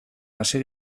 hasi